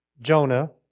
Jonah